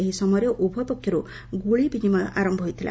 ଏହି ସମୟରେ ଉଭୟ ପକ୍ଷରୁ ଗୁଳି ବିନିମୟ ଆରମ୍ଭ ହୋଇଥିଲା